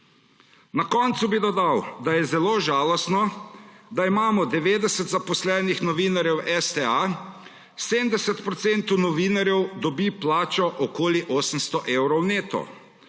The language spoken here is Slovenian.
Na koncu bi dodal, da je zelo žalostno, da imamo 90 zaposlenih novinarjev v STA, 70 % novinarjev dobi plačo okoli 800 evrov neto.